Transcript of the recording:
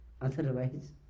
otherwise